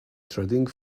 threading